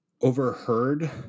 overheard